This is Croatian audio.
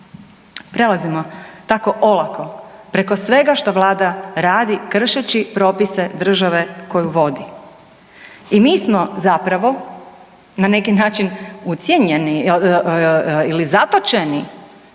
Prelazimo tako olako preko svega što vlada radi kršeći propise države koju vodi. I mi smo zapravo na neki način ucijenjeni ili zatočeni